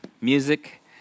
music